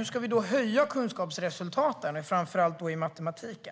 Hur ska vi då höja kunskapsresultaten, framför allt i matematik?